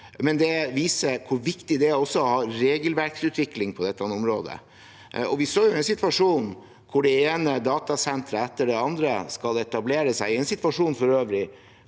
det viser hvor viktig det er å ha regelverksutvikling på dette området. Vi står i en situasjon hvor det ene datasenteret etter det andre skal etablere seg – for øvrig